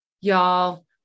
Y'all